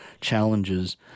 challenges